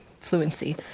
Fluency